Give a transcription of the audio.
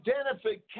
identification